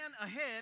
ahead